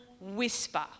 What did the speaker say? whisper